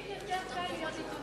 תמיד יותר קל להיות עיתונאי.